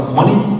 money